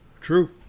True